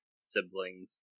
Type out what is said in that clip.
siblings